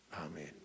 Amen